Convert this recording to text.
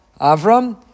Avram